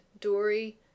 Dory